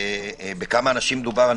אני לא יודע בכמה אנשים מדובר?